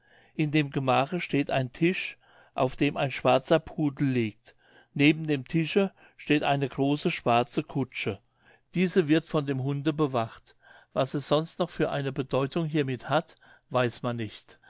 in dem gemache steht ein tisch auf dem ein schwarzer pudel liegt neben dem tische steht eine große schwarze kutsche diese wird von dem hunde bewacht was es sonst noch für eine bedeutung hiermit hat weiß man nicht